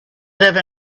live